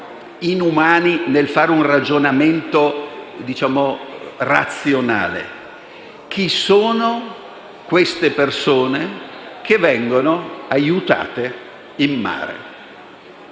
inumani nel fare un ragionamento razionale. Chi sono queste persone che vengono aiutate in mare?